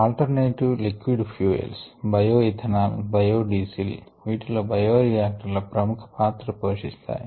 alternative liquid fuels bio ethanol bio diesel వీటిలో bio రియాక్టర్లు ప్రముఖ పాత్ర పోషిస్తాయి